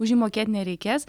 už jį mokėti nereikės